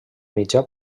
mitjà